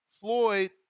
Floyd